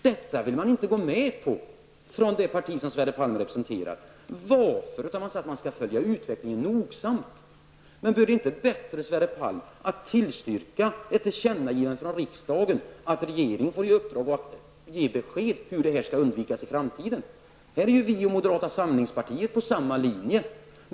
Detta vill man inte gå med på från det parti som Sverre Palm representerar. I stället säger man att man skall följa utvecklingen nogsamt. Men vore det inte bättre att tillstyrka ett tillkännagivande från riksdagen att regeringen får i uppdrag att ge besked om hur detta skall undvikas i framtiden? Här är vi och moderata samlingspartiet på samma linje.